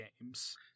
games